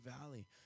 valley